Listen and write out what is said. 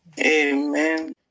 Amen